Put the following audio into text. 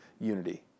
unity